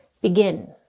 begin